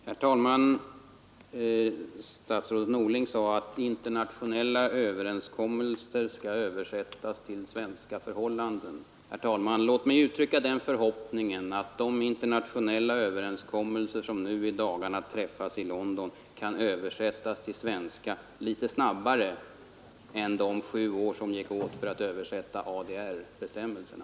Herr talman! Statsrådet Norling sade att internationella överenskommelser skall översättas till svenska förhållanden. Låt mig uttrycka den förhoppningen att de internationella överenskommelser som i dagarna har träffats i London kan översättas till svenska litet snabbare än då man behövde sju år för att översätta ADR-bestämmelserna.